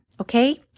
Okay